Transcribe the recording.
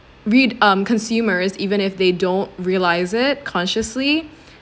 read um consumers even if they don't realise it consciously